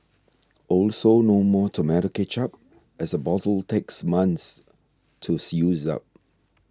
also no more tomato ketchup as a bottle takes months to see use up